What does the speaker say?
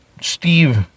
steve